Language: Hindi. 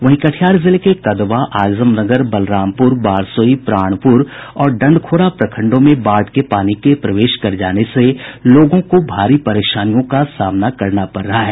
वहीं कटिहार जिले के कदवां आजमनगर बलरामपुर बारसोई प्राणपुर और डंडखोरा प्रखंडों में बाढ़ के पानी के प्रवेश कर जाने से लोगों को भारी परेशानियों का सामना करना पड़ रहा है